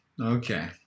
Okay